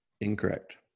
Incorrect